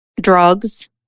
drugs